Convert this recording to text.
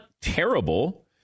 terrible